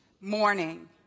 morning